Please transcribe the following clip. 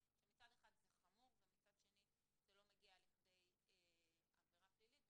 שמצד אחד זה חמור ומצד שני לא מגיע לכדי עבירה פלילית.